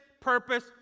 purpose